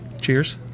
Cheers